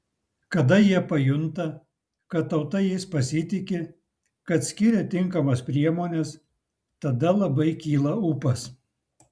kada jie pajunta kad tauta jais pasitiki kad skiria tinkamas priemones tada labai kyla ūpas